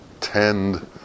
tend